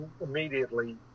immediately